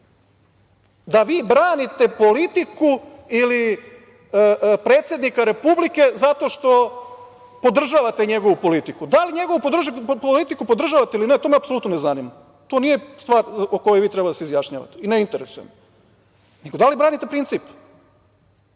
da vi branite politiku ili predsednika Republike zato što podržavate njegovu politiku. Da li njegovu politiku podržavate ili ne, to me apsolutno ne zanima. To nije stvar o kojoj vi treba da se izjašnjavate i ne interesuje me, nego da li branite princip. Da